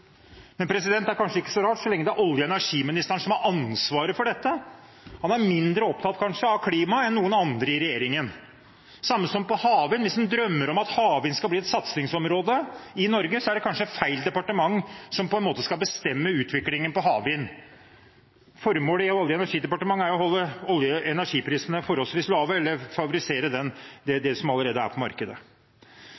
Men det er kanskje ikke så rart, så lenge det er olje- og energiministeren som har ansvaret for dette. Han er kanskje mindre opptatt av klima enn noen andre i regjeringen. Det er det samme for havvind: Hvis en drømmer om at havvind skal bli et satsingsområde i Norge, er det kanskje feil departement som på en måte skal bestemme utviklingen av havvind. Formålet i Olje- og energidepartementet er jo å holde energiprisene forholdsvis lave eller favorisere det som allerede er på markedet. Det er mange spørsmål knyttet til det